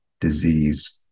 disease